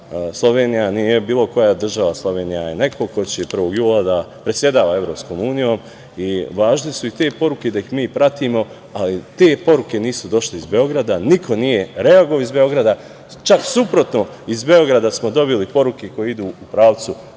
Slovenija nije bilo koja država, Slovenija je neko ko će 1. jula da predsedava EU. Važne su te poruke da ih mi pratimo, ali te poruke nisu došle iz Beograda. Niko nije reagovao iz Beograda. Čak, suprotno, iz Beograda smo dobili poruke koje idu u pravcu